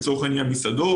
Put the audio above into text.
לצורך העניין מסעדות,